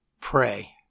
Pray